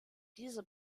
dieser